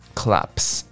collapse